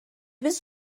was